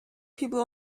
people